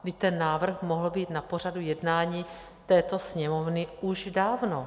Vždyť ten návrh mohl být na pořadu jednání této Sněmovny už dávno.